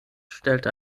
stellte